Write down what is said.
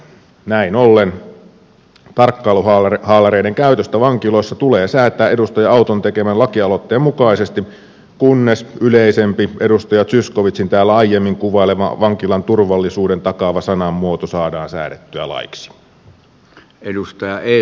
näin ollen tarkkailuhaalareiden käytöstä vankiloissa tulee säätää edustaja auton tekemän lakialoitteen mukaisesti kunnes yleisempi edustaja zyskowiczin täällä aiemmin kuvailema vankilan turvallisuuden takaava sanamuoto saadaan säädettyä laiksi